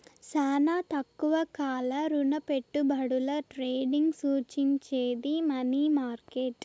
శానా తక్కువ కాల రుణపెట్టుబడుల ట్రేడింగ్ సూచించేది మనీ మార్కెట్